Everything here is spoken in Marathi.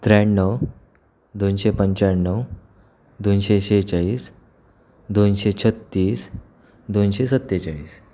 त्र्याण्णव दोनशे पंच्याण्णव दोनशे सेहेचाळीस दोनशे छत्तीस दोनशे सत्तेचाळीस